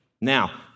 Now